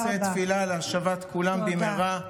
ונושא תפילה להשבת כולם במהרה,